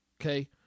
okay